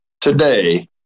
today